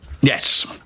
Yes